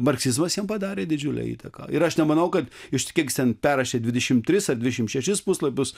marksizmas jam padarė didžiulę įtaką ir aš nemanau kad iš kiek jis ten perrašė dvidešimt tris ar dvidešimt šešis puslapius